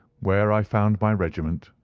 where i found my regiment,